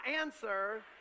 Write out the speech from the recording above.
answer